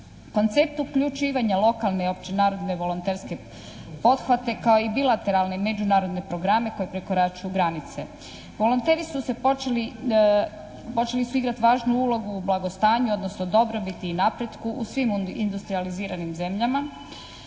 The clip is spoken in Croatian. Koncept uključivanja lokalne opće narodne volonterske pothvate kao i bilateralne međunarodne programe koji prekoračuju granice. Volonteri su se počeli, počeli su igrati važnu ulogu u blagostanju odnosno dobrobiti i napretku u svim industrijaliziranim zemljama.